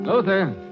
Luther